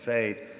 fade.